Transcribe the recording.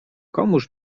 komuż